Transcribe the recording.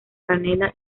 canela